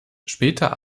später